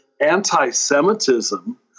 anti-Semitism